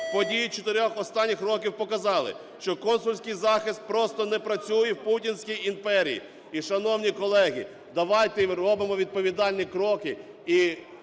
Події чотирьох останніх років показали, що консульський захист просто не працює в путінській імперії. І шановні колеги, давайте, робімо відповідальні кроки